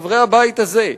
חברי הבית הזה,